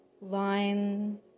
line